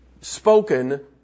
spoken